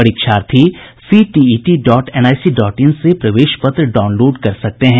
परीक्षार्थी CTET dot NIC dot in से प्रवेश पत्र डाउनलोड कर सकते हैं